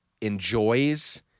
enjoys